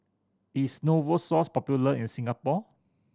is Novosource popular in Singapore